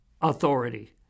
authority